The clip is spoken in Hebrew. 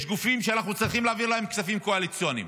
יש גופים שאנחנו צריכים להעביר להם כספים קואליציוניים,